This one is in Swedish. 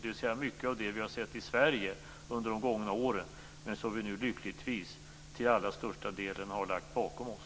Det gäller alltså mycket av det som vi har sett i Sverige under de gångna åren, men som vi nu lyckligtvis till allra största delen har lagt bakom oss.